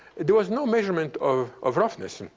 there was no measurement of of roughness. and